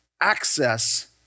access